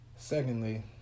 Secondly